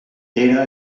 era